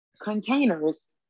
containers